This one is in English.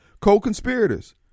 co-conspirators